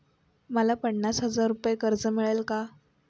मला पन्नास हजार रुपये कर्ज मिळेल का?